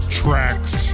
tracks